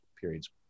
periods